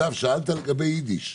אגב, שאלת לגבי יידיש.